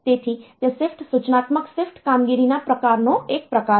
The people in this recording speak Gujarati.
તેથી તે શિફ્ટ સૂચનાત્મક શિફ્ટ કામગીરીના પ્રકારનો એક પ્રકાર છે